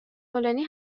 فلانی